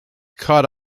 caught